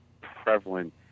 prevalent